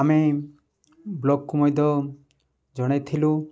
ଆମେ ବ୍ଲକ୍କୁ ମଧ୍ୟ ଜଣାଇ ଥିଲୁ